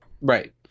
Right